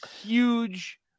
huge